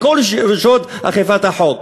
מכל רשויות אכיפת החוק,